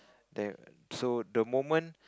there so the moment